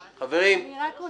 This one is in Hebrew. להצבעה.